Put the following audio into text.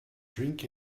drink